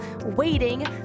waiting